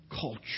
culture